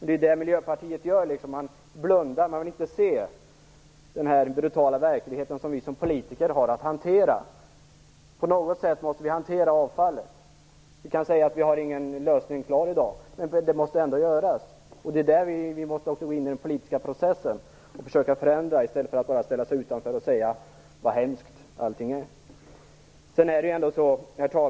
Det är ju det Miljöpartiet gör: Man blundar, man vill inte se den brutala verklighet som vi som politiker har att hantera. På något sätt måste vi hantera avfallet. Vi kan säga att vi i dag inte har någon lösning klar, men det måste ändå göras. Det är också där vi måste gå in i den politiska processen och försöka förändra, i stället för att bara ställa sig utanför och säga: Vad hemskt allting är.